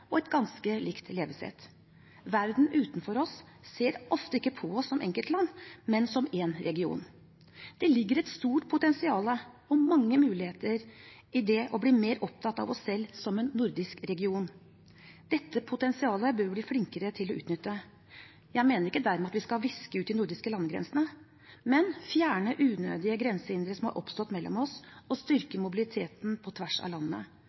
og et ganske likt levesett. Verden utenfor oss ser ofte ikke på oss som enkeltland, men som én region. Det ligger et stort potensial og mange muligheter i det å bli mer opptatt av oss selv som en nordisk region. Dette potensialet bør vi bli flinkere til å utnytte. Jeg mener ikke dermed at vi skal viske ut de nordiske landegrensene, men at vi skal fjerne unødvendige grensehindre som har oppstått mellom oss, og styrke mobiliteten på tvers av